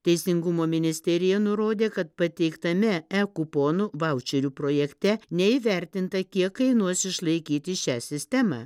teisingumo ministerija nurodė kad pateiktame e kuponų vaučerių projekte neįvertinta kiek kainuos išlaikyti šią sistemą